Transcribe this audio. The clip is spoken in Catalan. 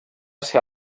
ser